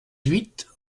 huit